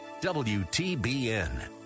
WTBN